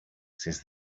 since